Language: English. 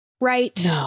right